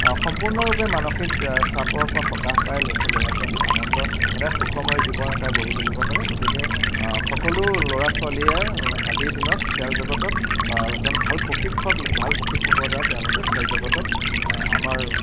সম্পূৰ্ণৰূপে মানসিক চাপৰপৰা সকাহ পায় ল'ৰা ছোৱালী ল'ৰা ছোৱালীয়ে আনন্দ সদায় সুখময় জীৱন এটা গঢ়ি তুলিব পাৰে গতিকে সকলো ল'ৰা ছোৱালীয়ে আজিৰ দিনত খেল জগতত এজন ভাল প্ৰশিক্ষক লৈ ভাল প্ৰশিক্ষকৰদ্বাৰা তেওঁলোকে খেল জগতত আমাৰ